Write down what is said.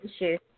issues